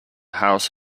house